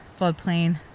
floodplain